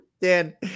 dan